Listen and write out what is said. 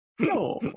No